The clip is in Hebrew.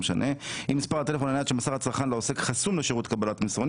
אם מספר הטלפון הנייד שמסר הצרכן לעוסק חסום לשירות קבלת מסרונים,